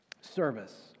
service